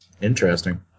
interesting